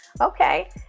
Okay